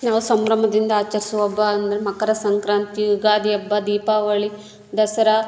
ನಾವು ಸಂಭ್ರಮದಿಂದ ಆಚರಿಸೋ ಹಬ್ಬ ಅಂದರೆ ಮಕರ ಸಂಕ್ರಾಂತಿ ಯುಗಾದಿ ಹಬ್ಬ ದೀಪಾವಳಿ ದಸರಾ